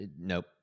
nope